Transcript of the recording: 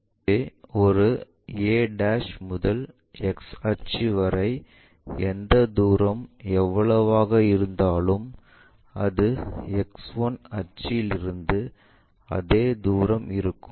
எனவே ஒரு a முதல் X அச்சு வரை எந்த தூரம் எவ்வளவாக இருந்தாலும் அது X 1 அச்சிலிருந்து அதே தூரம் இருக்கும்